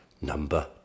number